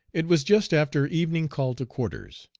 it was just after evening call to quarters.